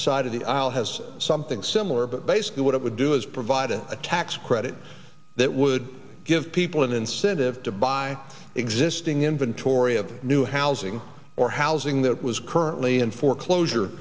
side of the aisle has something similar but basically what it would do is provide a tax credit that would give people an incentive to buy existing inventory of new housing or housing that was currently in foreclosure